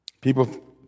People